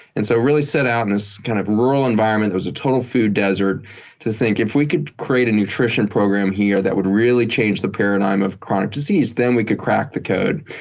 and so really set out in this kind of rural environment. it was a total food desert to think, if we can create a nutrition program here that would really change the paradigm of chronic disease, then, we could crack the code.